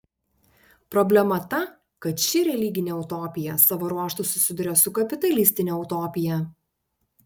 problema ta kad ši religinė utopija savo ruožtu susiduria su kapitalistine utopija